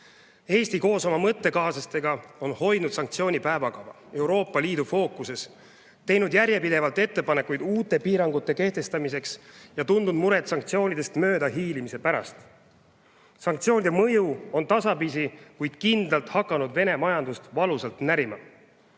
Eesti koos oma mõttekaaslastega on hoidnud sanktsioonipäevakava Euroopa Liidu fookuses, teinud järjepidevalt ettepanekuid uute piirangute kehtestamiseks ja tundnud muret sanktsioonidest mööda hiilimise pärast. Sanktsioonide mõju on tasapisi, kuid kindlalt hakanud Vene majandust valusalt närima.